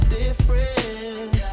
different